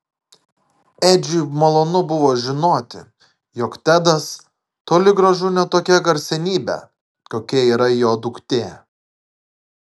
edžiui malonu buvo žinoti jog tedas toli gražu ne tokia garsenybė kokia yra jo duktė